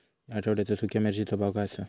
या आठवड्याचो सुख्या मिर्चीचो भाव काय आसा?